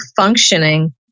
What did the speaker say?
functioning